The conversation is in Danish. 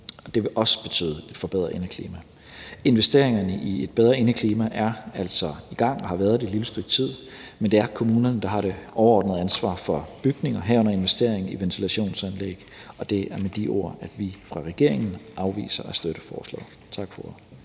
det vil også betyde et forbedret indeklima. Investeringerne i et bedre indeklima er altså i gang og har været det et lille stykke tid, men det er kommunerne, der har det overordnede ansvar for bygninger, herunder investering i ventilationsanlæg. Det er med de ord, at vi fra regeringens side afviser at støtte forslaget. Tak for